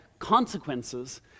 consequences